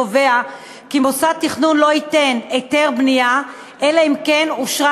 קובע כי מוסד תכנון לא ייתן היתר בנייה אלא אם כן אושרה